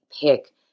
pick